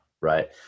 right